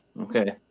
Okay